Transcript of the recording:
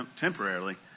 temporarily